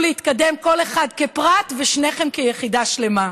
להתקדם כל אחד כפרט ושניכם כיחידה שלמה.